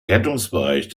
geltungsbereich